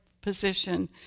position